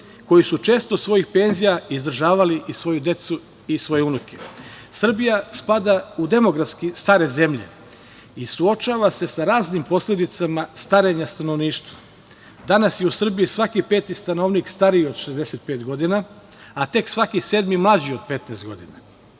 koji su često od svojih penzija izdržavali svoju decu i svoje unuke. Srbija spada u demografski stare zemlje i suočava se sa raznim posledicama starenja stanovništva. Danas je u Srbiji svaki peti stanovnik stariji od 65 godina, a tek svaki sedmi mlađi od 15 godina.